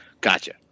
Gotcha